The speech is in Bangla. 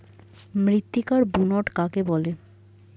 মৃত্তিকার বুনট কাকে বলে?